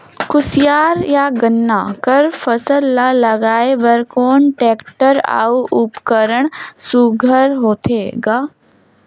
कोशियार या गन्ना कर फसल ल लगाय बर कोन टेक्टर अउ उपकरण सुघ्घर होथे ग?